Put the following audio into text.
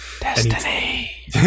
Destiny